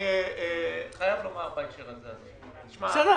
זה על סדר-היום.